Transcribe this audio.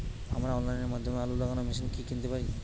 আমরা অনলাইনের মাধ্যমে আলু লাগানো মেশিন কি কিনতে পারি?